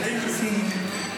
סימון.